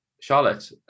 Charlotte